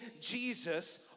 Jesus